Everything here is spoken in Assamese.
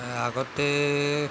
আগতে